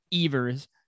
Evers